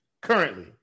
currently